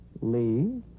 Lee